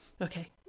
Okay